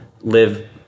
live